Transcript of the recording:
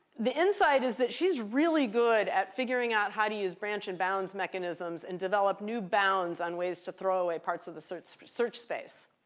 the insight is that she's really good at figuring out how to use branch-and-bounds mechanisms, and develop new bounds on ways to throw away parts of the search search space.